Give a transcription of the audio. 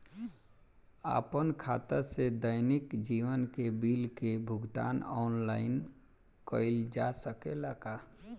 आपन खाता से दैनिक जीवन के बिल के भुगतान आनलाइन कइल जा सकेला का?